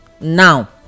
now